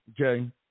okay